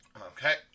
Okay